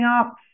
up